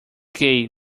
gay